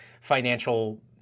financial